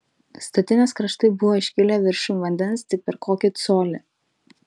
statinės kraštai buvo iškilę viršum vandens tik per kokį colį